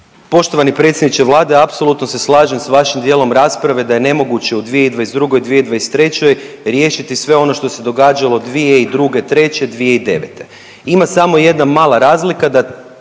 Poštovani predsjedniče vlade apsolutno se slažem s vašim dijelom rasprave da je nemoguće u 2022., 2023. riješiti sve ono što se događalo 2002.-'03., 2009. ima samo jedna mala razlika da